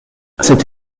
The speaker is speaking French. cette